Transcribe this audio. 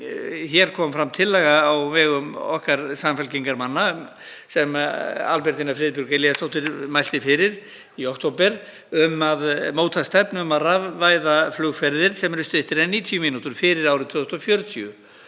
fram kom tillaga á vegum okkar Samfylkingarmanna, sem hv. þm. Albertína Friðbjörg Elíasdóttir mælti fyrir í október, um að móta stefnu um að rafvæða flugferðir sem eru styttri en 90 mínútur fyrir árið 2040